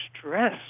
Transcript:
stress